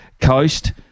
coast